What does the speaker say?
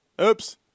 Oops